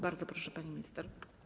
Bardzo proszę, pani minister.